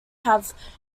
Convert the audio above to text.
have